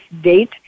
date